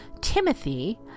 Timothy